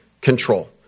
control